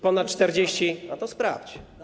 Ponad 40. A to sprawdź.